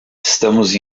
estamos